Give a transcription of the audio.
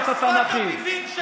תשתוק.